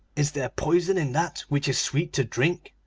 is there poison in that which is sweet to drink?